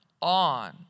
on